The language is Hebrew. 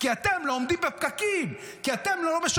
כי אתם לא עומדים בפקקים,